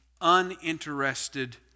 uninterested